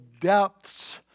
depths